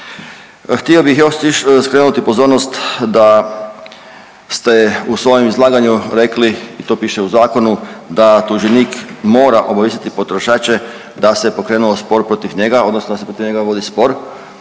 Htio bih još skrenuti pozornost da ste u svojem izlaganju rekli i to piše u zakonu, da tuženik mora obavijestiti potrošače da se pokrenuo spor protiv njega odnosno da se protiv njega vodi spor.